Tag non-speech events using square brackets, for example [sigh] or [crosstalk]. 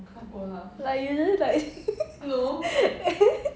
like usually like [laughs]